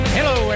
Hello